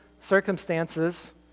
circumstances